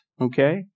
okay